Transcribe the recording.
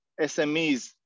SMEs